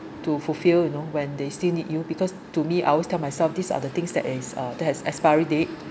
to fulfill you know when they still need you because to me I always tell myself these are the things that is uh that has expiry date